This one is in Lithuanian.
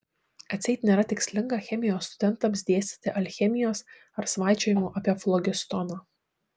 atseit nėra tikslinga chemijos studentams dėstyti alchemijos ar svaičiojimų apie flogistoną